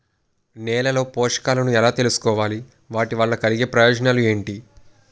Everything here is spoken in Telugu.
నేలలో పోషకాలను ఎలా తెలుసుకోవాలి? వాటి వల్ల కలిగే ప్రయోజనాలు ఏంటి?